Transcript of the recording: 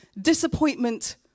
disappointment